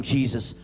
Jesus